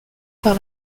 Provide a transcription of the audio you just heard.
par